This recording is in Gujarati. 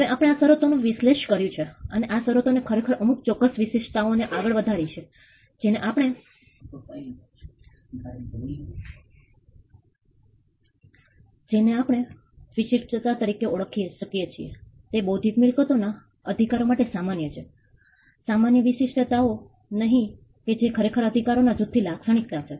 હવે આપણે આ શરતોનું વિશ્લેષણ કર્યું છે અને આ શરતોએ ખરેખર અમુક ચોક્કસ વિશિષ્ટતાઓ ને આગળ વધારી છે જેને આપણે વિશિષ્ટતા તરીકે ઓળખી શકીએ છીએ તે બૌદ્ધિક મિલકતો ના અધિકારો માટે સામાન્ય છે સામાન્ય વિશિષ્ટતાઓ નહિ કે જે ખરેખર અધિકારો ના જૂથ ની લાક્ષણિકતા છે